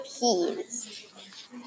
peas